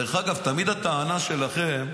דרך אגב, תמיד הטענה שלכם: